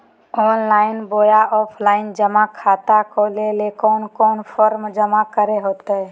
Online बोया offline जमा खाता खोले ले कोन कोन फॉर्म जमा करे होते?